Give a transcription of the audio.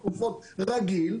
פה בישראל,